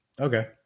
okay